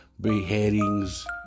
beheadings